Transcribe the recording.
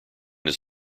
his